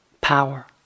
power